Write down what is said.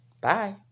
Bye